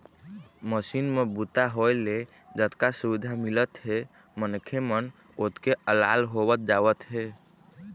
machine म बूता होए ले जतका सुबिधा मिलत हे मनखे मन ओतके अलाल होवत जावत हे